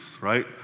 Right